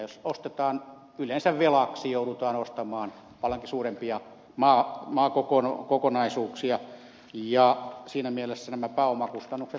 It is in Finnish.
jos ostetaan yleensä velaksi joudutaan ostamaan paljonkin suurempia maakokonaisuuksia ja siinä mielessä nämä pääomakustannukset nousevat